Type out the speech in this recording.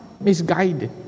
misguided